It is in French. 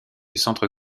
centre